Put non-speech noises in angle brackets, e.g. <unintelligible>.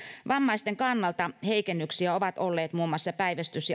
vammaisten kannalta heikennyksiä ovat olleet muun muassa päivystys <unintelligible>